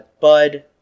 Bud